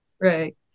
right